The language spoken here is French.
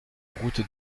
route